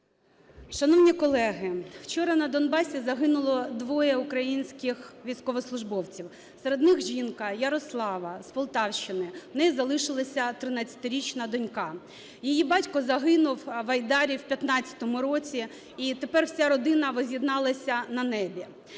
Шановні колеги! Вчора на Донбасі загинуло двоє українських військовослужбовців. Серед них жінка Ярослава з Полтавщини. В неї залишилася 13-річна донька. Її батько загинув в "Айдарі" в 2015 році. І тепер вся родина возз'єдналася на небі.